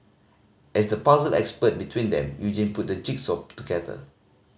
as the puzzle expert between them Eugene put the jigsaw together